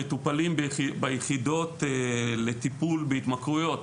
המטופלים ביחידות לטיפול בהתמכרויות,